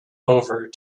over